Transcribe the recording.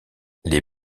les